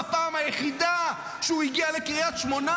בפעם היחידה שהוא הגיע לקריית שמונה,